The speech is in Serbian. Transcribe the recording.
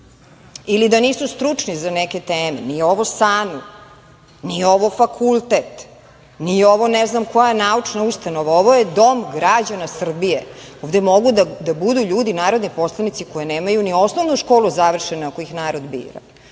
ili da nisu stručni za neke teme. Nije ovo SANU, nije ovo fakultet, nije ovo ne znam koja naučna ustanova. Ovo je dom građana Srbije. Ovde mogu da budu ljudi, narodni poslanici, koji nemaju ni osnovnu školu završenu, ako ih narod bira. Ja